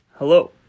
Hello